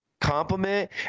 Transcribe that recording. compliment